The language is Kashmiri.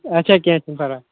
اچھا کینٛہہ چھُنہٕ پَرواے